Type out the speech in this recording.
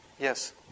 Yes